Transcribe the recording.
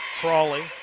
Crawley